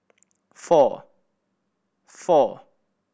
four four